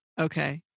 okay